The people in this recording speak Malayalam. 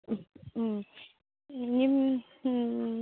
മ്മ് മ്മ് മ്മ് മ്മ്